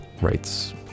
writes